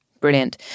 Brilliant